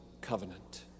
covenant